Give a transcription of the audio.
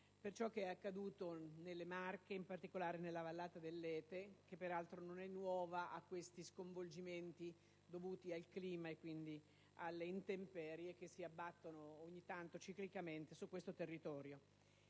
per ciò che è accaduto in questa Regione, in particolare nella vallata dell'Ete, che peraltro non è nuova agli sconvolgimenti dovuti al clima e alle intemperie che si abbattono ciclicamente su questo territorio.